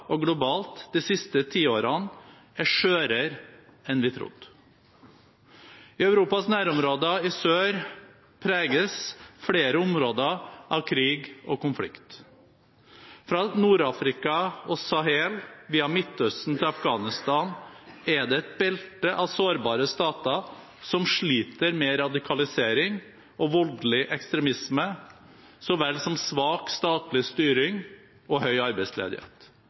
og globalt de siste tiårene, er skjørere enn vi trodde. I Europas nærområder i sør preges flere områder av krig og konflikt. Fra Nord-Afrika og Sahel via Midtøsten til Afghanistan er det et belte av sårbare stater som sliter med radikalisering og voldelig ekstremisme så vel som svak statlig styring og høy arbeidsledighet